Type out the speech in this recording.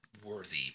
worthy